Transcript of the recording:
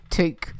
take